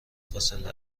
فاصله